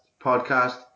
podcast